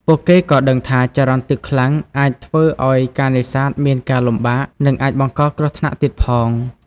ពួកគេក៏ដឹងថា ចរន្តទឹកខ្លាំងអាចធ្វើឱ្យការនេសាទមានការលំបាក និងអាចបង្កគ្រោះថ្នាក់ទៀតផង។